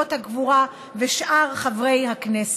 חברות הקבורה ושאר חברי הכנסת.